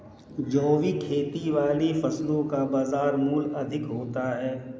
जैविक खेती वाली फसलों का बाजार मूल्य अधिक होता है